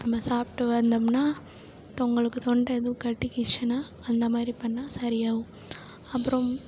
நம்ம சாப்பிட்டு வந்தோம்னா இப்போ உங்களுக்கு தொண்டை எதுவும் கட்டிக்கிச்சுனா அந்த மாதிரி பண்ணால் சரியாகும் அப்புறம்